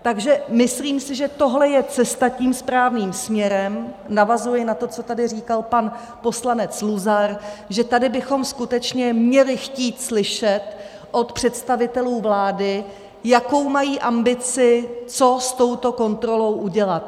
Takže myslím si, že tohle je cesta tím správným směrem navazuji na to, co tady říkal pan poslanec Luzar, že tady bychom skutečně měli chtít slyšet od představitelů vlády, jakou mají ambici, co s touto kontrolou udělat.